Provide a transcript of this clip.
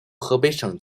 河北省